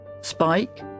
Spike